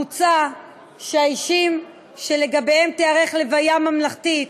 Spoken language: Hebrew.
מוצע שהאישים שלהם תיערך לוויה ממלכתית,